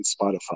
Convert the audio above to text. Spotify